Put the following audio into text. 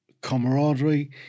camaraderie